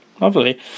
Lovely